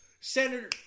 senator